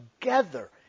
together